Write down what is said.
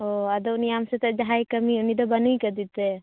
ᱚᱻ ᱟᱫᱚ ᱩᱱᱤ ᱟᱢᱥᱟᱣᱛᱮ ᱡᱟᱦᱟᱸᱭ ᱠᱟ ᱢᱤᱭᱮᱫ ᱩᱱᱤᱫᱚ ᱵᱟ ᱱᱩᱭ ᱠᱟᱫᱮᱛᱮ